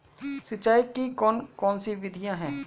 सिंचाई की कौन कौन सी विधियां हैं?